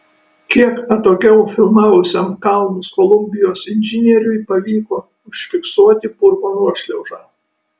kiek atokiau filmavusiam kalnus kolumbijos inžinieriui pavyko užfiksuoti purvo nuošliaužą